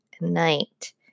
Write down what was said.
Night